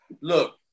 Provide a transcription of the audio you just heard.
Look